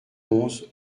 onze